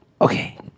Okay